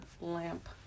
lamp